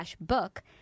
book